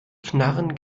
knarren